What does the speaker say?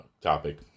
topic